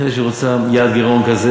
החליטה שהיא רוצה גירעון כזה.